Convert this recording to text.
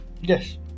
Yes